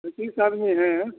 पचीस आदमी हैं